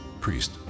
priest